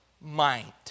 mind